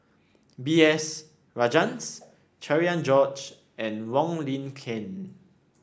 B S Rajhans Cherian George and Wong Lin Ken